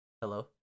Hello